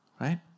right